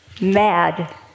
mad